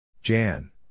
Jan